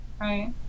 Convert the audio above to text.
right